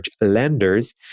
lenders